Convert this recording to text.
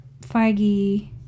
Feige